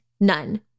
none